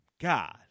God